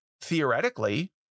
Theoretically